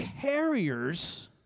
carriers